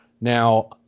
Now